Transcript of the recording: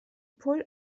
pull